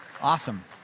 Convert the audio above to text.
Awesome